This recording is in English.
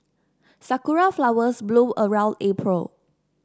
sakura flowers bloom around April